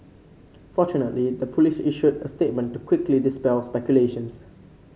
fortunately the police issued a statement to quickly dispel speculations